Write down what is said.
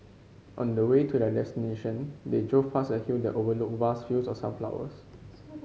on the way to their destination they drove past a hill that overlooked vast fields of sunflowers